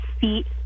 feet